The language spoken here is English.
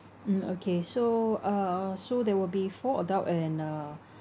mm okay so uh uh so there will be four adult and uh